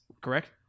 correct